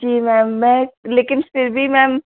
जी ma'am मैं लेकिन फिर भी मैम